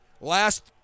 Last